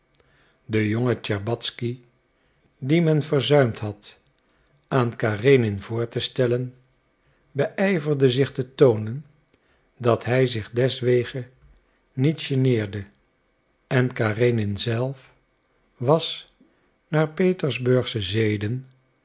de jonge tscherbatzky dien men verzuimd had aan karenin voor te stellen beijverde zich te toonen dat hij zich deswege niet geneerde en karenin zelf was naar petersburgsche zeden